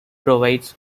provides